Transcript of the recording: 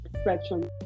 spectrum